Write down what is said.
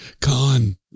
Khan